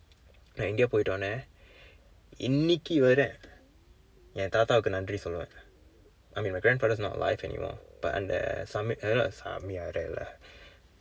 நான் இந்தியா போய்ட்டவுடன் இன்னைக்கு வர என் தாத்தாக்கு நன்றி சொல்வேன்:naan inthiyaa pooytdavudan innaikku vara en thaaththaakku nanri solveen I mean my grandfather's not alive anymore but அந்த சாமி:antha sami eh not சாமி இல்லை:saami illai